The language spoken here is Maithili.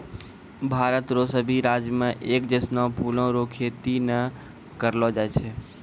भारत रो सभी राज्य मे एक जैसनो फूलो रो खेती नै करलो जाय छै